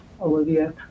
Olivia